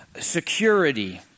security